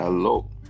Hello